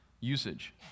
usage